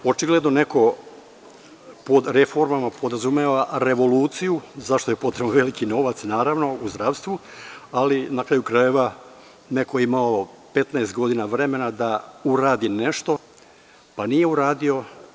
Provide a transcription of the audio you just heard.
Očigledno neko pod reformama podrazumeva revoluciju, za šta je potreban veliki novac u zdravstvu, ali na kraju krajeva, neko je imao 15 godina vremena da uradi nešto, pa nije uradio.